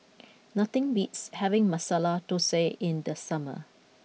nothing beats having Masala Dosa in the summer